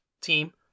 team